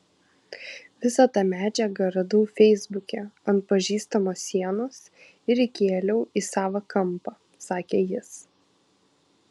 visą tą medžiagą radau feisbuke ant pažįstamo sienos ir įkėliau į savą kampą sakė jis